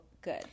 good